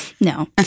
No